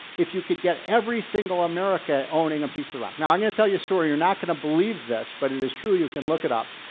if you could get every single america owning a piece of the rock. now i'm going to tell you a story. you're not going to believe this, but it is true. you can look it up.